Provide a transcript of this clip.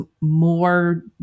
more